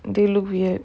they look we have